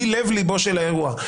היא לב לבו של האירוע.